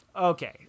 Okay